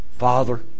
Father